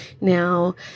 Now